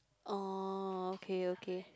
oh okay okay